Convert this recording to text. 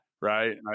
Right